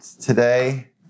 today